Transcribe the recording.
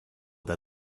that